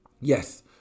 Yes